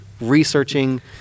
researching